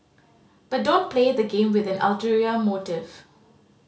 but don't play the game with an ulterior motive